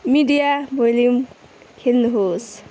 media volume खल्नुहोस्